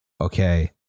Okay